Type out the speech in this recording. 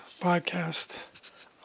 podcast